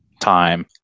time